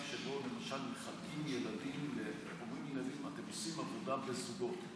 שבו למשל מחלקים ילדים ואומרים לילדים: אתם עושים עבודה בזוגות,